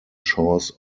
shores